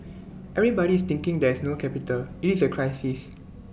everybody is thinking there is no capital IT is A crisis